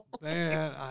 Man